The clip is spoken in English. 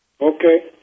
Okay